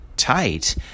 tight